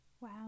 wow